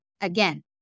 Again